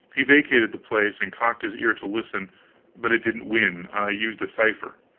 he vacated the place and cocked his ear to listen but it didn't win. i used a cipher.